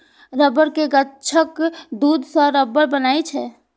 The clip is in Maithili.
रबड़ के गाछक दूध सं रबड़ बनै छै